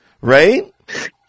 Right